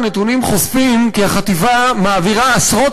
הנתונים חושפים כי החטיבה מעבירה עשרות